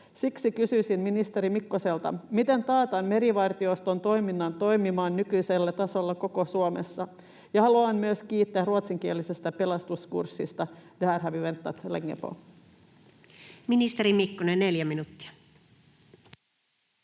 Siksi kysyisin ministeri Mikkoselta: miten taataan merivartioston toiminta toimimaan nykyisellä tasolla koko Suomessa? Haluan myös kiittää ruotsinkielisestä pelastuskurssista. Det här har vi väntat